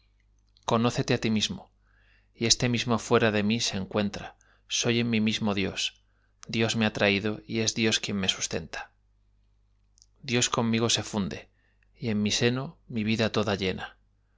conócete á ti mismo y este mismo fuera de mi se encuentra soy en mí mismo dios dios me ha traído y es dios quien me sustenta dios conmigo se funde y en mi seno mi vida toda llena